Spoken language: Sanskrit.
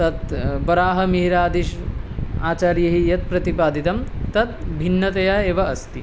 तत् वराहमिहिरादि आचार्यैः यत् प्रतिपादितं तत् भिन्नतया एव अस्ति